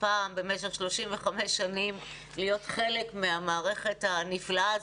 פעם במשך 35 שנים להיות חלק מהמערכת הנפלאה הזאת,